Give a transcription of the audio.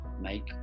make